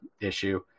issue